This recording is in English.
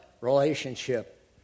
relationship